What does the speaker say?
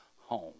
home